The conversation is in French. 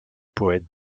poète